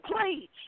please